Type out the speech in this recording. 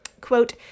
quote